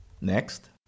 Next